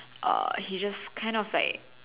uh he just kind of like